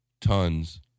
tons